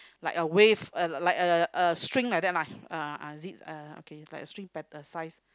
like a wave uh like a a string like that ah ah zig uh okay like a string pattern size